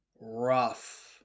Rough